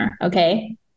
Okay